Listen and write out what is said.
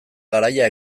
garaia